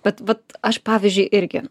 bet vat aš pavyzdžiui irgi